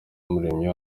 umuremyi